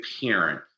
parent